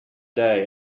day